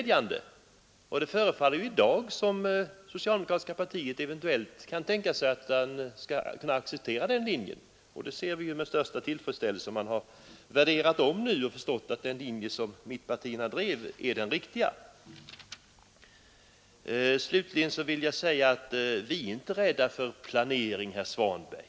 Det förefaller som om det socialdemokratiska partiet i dag skulle kunna tänka sig att acceptera en sådan tanke. Det hälsar vi i så fall med största tillfredsställelse, och det tyder på att man har omvärderat frågan och förstått att den linje som mittenpartierna har drivit är den riktiga. Vi är inte rädda för planering, herr Svanberg.